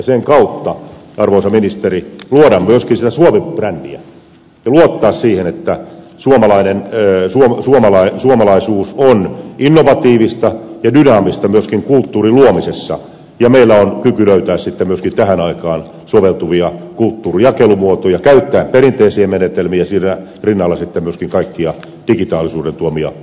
sen kautta arvoisa ministeri luodaan myöskin sitä suomi brändiä ja luotetaan siihen että suomalaisuus on innovatiivista ja dynaamista myöskin kulttuurin luomisessa ja meillä on kyky löytää sitten myöskin tähän aikaan soveltuvia kulttuurin jakelumuotoja käyttää perinteisiä menetelmiä ja siinä rinnalla sitten myöskin kaikkia digitaalisuuden tuomia mahdollisuuksia